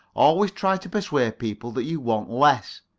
always try to persuade people that you want less.